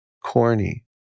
corny